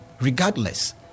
Regardless